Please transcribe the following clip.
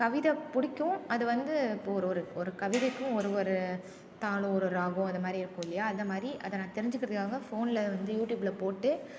கவிதை பிடிக்கும் அது வந்து இப்போது ஒரு ஒரு ஒரு கவிதைக்கும் ஒரு ஒரு தாளம் ஒரு ராகம் அதை மாதிரி இருக்கும் இல்லையா அந்த மாதிரி அதை நான் தெரிஞ்சிக்கிறதுக்காக ஃபோன்ல வந்து யூடியூப்ல போட்டு